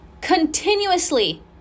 continuously